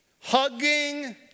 hugging